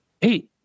Hey